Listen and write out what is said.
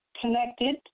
connected